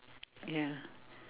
ya